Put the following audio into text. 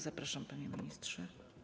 Zapraszam, panie ministrze.